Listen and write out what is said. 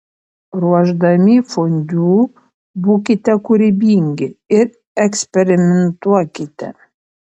ruošdami fondiu būkite kūrybingi ir eksperimentuokite